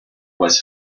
was